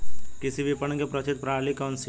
कृषि विपणन की प्रचलित प्रणाली कौन सी है?